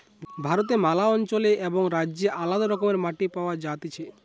ভারতে ম্যালা অঞ্চলে এবং রাজ্যে আলদা রকমের মাটি পাওয়া যাতিছে